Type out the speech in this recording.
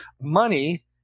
money